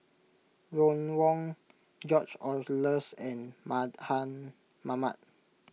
Ron Wong George Oehlers and Mardan Mamat